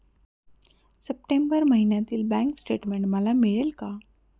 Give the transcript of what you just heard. September महिन्यातील bank statement मला मिळेल का?